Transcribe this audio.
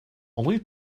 only